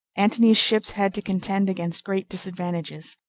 antony's ships had to contend against great disadvantages.